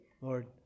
Lord